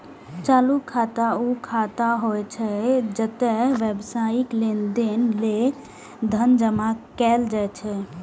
चालू खाता ऊ खाता होइ छै, जतय व्यावसायिक लेनदेन लेल धन जमा कैल जाइ छै